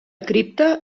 cripta